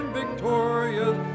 victorious